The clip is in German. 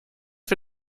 für